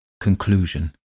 Conclusion